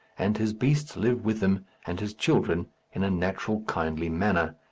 and his beasts live with him and his children in a natural kindly manner.